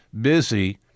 busy